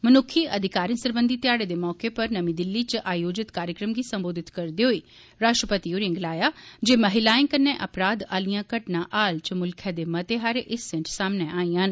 मनुक्खी अधिकारें सरबंधी ध्याड़े दे मौके उप्पर नर्मी दिल्ली च आयोजित कार्यक्रम गी सम्बोधित करदे होई राष्ट्रपति होरें गलाया जे महिलायें कन्नै अपराधें आलियां घटना हाल च मुल्ख दे मते सारे हिस्सें च सामने आइयां न